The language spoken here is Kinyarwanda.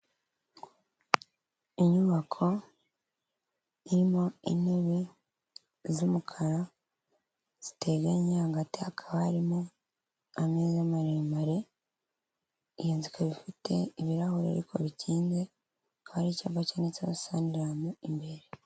Inyubako irimo intebe z'umukara ziteganye, hagati hakaba harimo ameza maremare, iyi nzu ikaba ifite ibirahuri ariko bikinze, hakaba hariho icyapa cyanditseho Sanilamu imbere.